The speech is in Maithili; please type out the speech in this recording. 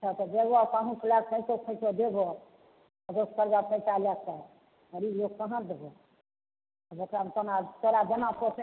अच्छा तऽ देबैत कहूँ से लैके कैसे कैसे देबऽ कतहुँ से कर्जा पैंचा लैके गरीब लोग कहाँ देबो तोरा जेना